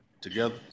together